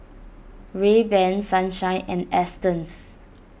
Rayban Sunshine and Astons